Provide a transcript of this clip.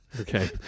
okay